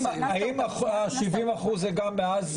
האם 70% זה נתון שהוא נכון גם מאז